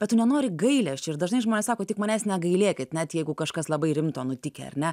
bet tu nenori gailesčio ir dažnai žmonės sako tik manęs negailėkit net jeigu kažkas labai rimto nutikę ar ne